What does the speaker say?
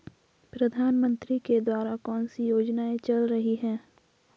प्रधानमंत्री के द्वारा कौनसी योजनाएँ चल रही हैं?